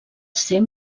ser